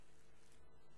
זאב.